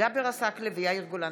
ג'אבר עסאקלה ויאיר גולן